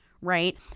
right